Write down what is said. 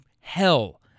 hell